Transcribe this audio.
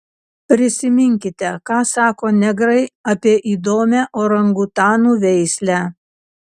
prisiminkite ką sako negrai apie įdomią orangutanų veislę